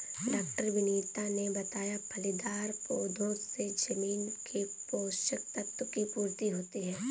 डॉ विनीत ने बताया फलीदार पौधों से जमीन के पोशक तत्व की पूर्ति होती है